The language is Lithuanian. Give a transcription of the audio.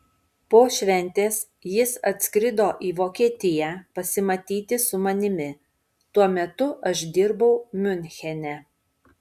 po šventės jis atskrido į vokietiją pasimatyti su manimi tuo metu aš dirbau miunchene